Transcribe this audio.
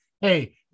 hey